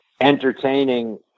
Entertaining